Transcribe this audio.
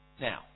Now